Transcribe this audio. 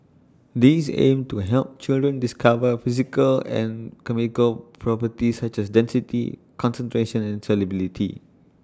these aim to help children discover physical and chemical properties such as density concentration and solubility